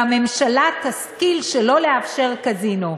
והממשלה תשכיל שלא לאפשר קזינו.